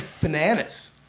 Bananas